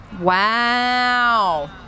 Wow